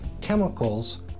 chemicals